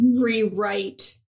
rewrite